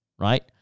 right